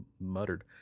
muttered